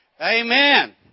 Amen